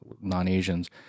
non-Asians